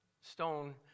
stone